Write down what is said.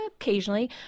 occasionally